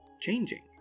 changing